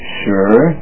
sure